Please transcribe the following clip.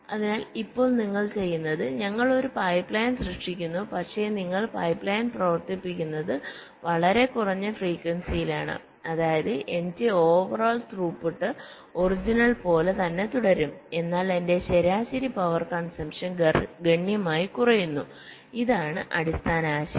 അതിനാൽ ഇപ്പോൾ നിങ്ങൾ ചെയ്യുന്നത് ഞങ്ങൾ ഒരു പൈപ്പ്ലൈൻ സൃഷ്ടിക്കുന്നു പക്ഷേ നിങ്ങൾ പൈപ്പ്ലൈൻ പ്രവർത്തിപ്പിക്കുന്നത് വളരെ കുറഞ്ഞ ഫ്രീക്വൻസിയിലാണ് അതായത് എന്റെ ഓവർ ഓൾ ത്രൂപുട്ട് ഒറിജിനൽ പോലെ തന്നെ തുടരും എന്നാൽ എന്റെ ശരാശരി പവർ കൺസംപ്ഷൻ ഗണ്യമായി കുറയുന്നു ഇതാണ് അടിസ്ഥാന ആശയം